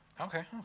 Okay